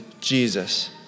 Jesus